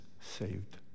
saved